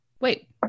wait